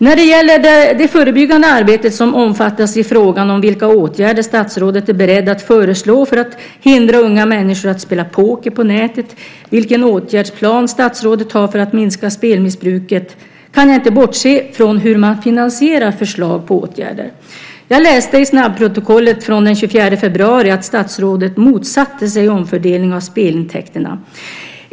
När det gäller det förebyggande arbetet, som omfattas i frågan om vilka åtgärder statsrådet är beredd att föreslå för att hindra unga människor att spela poker på nätet och vilken åtgärdsplan statsrådet har för att minska spelmissbruket, kan jag inte bortse från hur man finansierar förslag till åtgärder. Jag läste i snabbprotokollet från den 24 februari att statsrådet motsatte sig omfördelning av spelintäkterna.